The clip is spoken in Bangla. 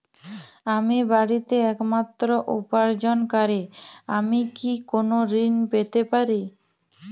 আমি বাড়িতে একমাত্র উপার্জনকারী আমি কি কোনো ঋণ পেতে পারি?